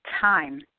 time